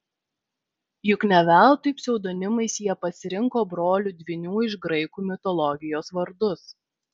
juk ne veltui pseudonimais jie pasirinko brolių dvynių iš graikų mitologijos vardus